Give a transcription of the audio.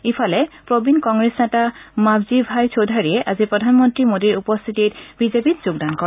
ইফালে প্ৰবীণ কংগ্ৰেছ নেতা মাভজীভাই চৌধাৰীয়ে আজি প্ৰধানমন্ত্ৰী মোদীৰ উপস্থিতিত বিজেপিত যোগদান কৰে